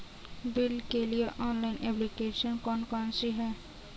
Bill के लिए online application कौन कौन सी हैं?